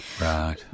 Right